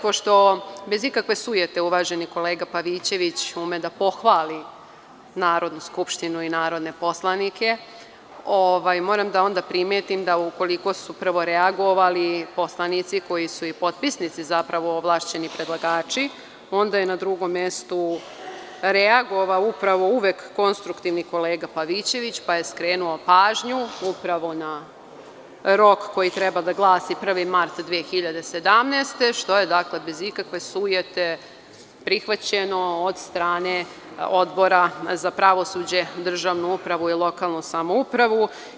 Pošto bez ikakve sujete uvaženi kolega Pavićević ume da pohvali Narodnu skupštinu i narodne poslanike, moram da onda primetim da, ukoliko su prvo reagovali poslanici koji su i potpisnici zapravo ovlašćeni predlagači, onda je na drugom mestu reagovao upravo uvek konstruktivni kolega Pavićević, pa je skrenuo pažnju upravo na rok koji treba da glasi 1. mart 2017. godine, što je, bez ikakve sujete, prihvaćeno od strane Odbora za pravosuđe, državnu upravu i lokalnu samouprave.